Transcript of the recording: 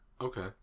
Okay